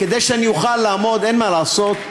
כדי שאני אוכל לעמוד, אין מה לעשות.